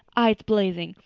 eyes blazing,